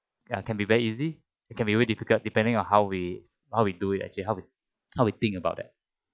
ya can be very easy it can be very difficult depending on how we how we do it actually how we how we think about that